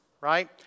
right